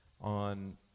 on